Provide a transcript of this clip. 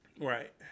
Right